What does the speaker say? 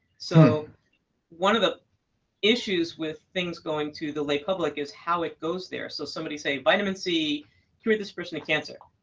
so one of the issues with things going to the lay public is how it goes there. so somebody says vitamin c cured this person of cancer.